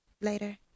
Later